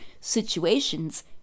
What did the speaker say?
situations